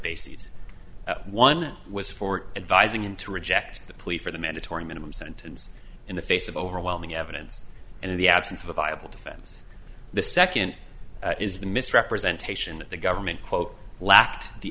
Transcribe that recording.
bases one was for advising him to reject the plea for the mandatory minimum sentence in the face of overwhelming evidence and in the absence of a viable defense the second is the misrepresentation that the government quote lacked the